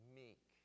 meek